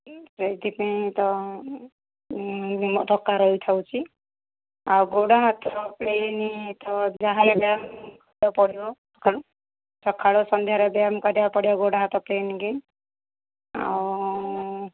ସେଇଥି ପାଇଁ ତ ଥକା ରହିଥାଉଛି ଆଉ ଗୋଡ଼ ହାତ ପେନ୍ ତ ଯାହାହେଲେ ପଡ଼ିବ ସକାଳୁ ସକାଳୁ ସନ୍ଧ୍ୟାରେ ବ୍ୟାୟମ କରିବାକୁ ପଡ଼ିବ ଗୋଡ଼ ହାତ ପେନ୍ ପାଇଁ ଆଉ